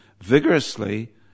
vigorously